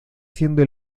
siendo